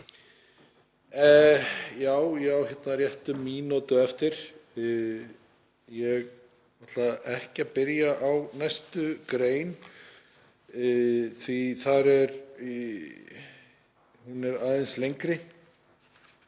Já, ég á rétt um mínútu eftir — ég ætla ekki að byrja á næstu grein því að hún er aðeins lengri.